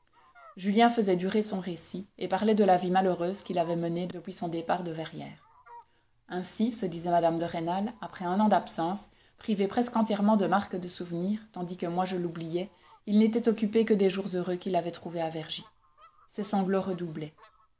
julien faisait durer son récit et parlait de la vie malheureuse qu'il avait menée depuis son départ de verrières ainsi se disait mme de rênal après un an d'absence privé presque entièrement de marques de souvenir tandis que moi je l'oubliais il n'était occupé que des jours heureux qu'il avait trouvés à vergy ses sanglots